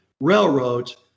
railroads